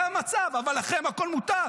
זה המצב, אבל לכם הכול מותר.